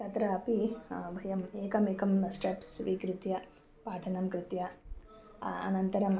तत्रापि वयम् एकमेकं स्टेप्स् स्वीकृत्य पाठनं कृत्य अनन्तरम्